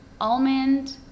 almond